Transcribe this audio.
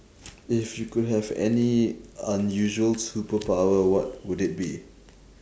if you could have any unusual superpower what would it be